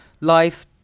life